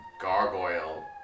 gargoyle